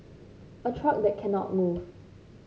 a truck that cannot move